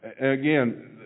Again